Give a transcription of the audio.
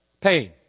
pain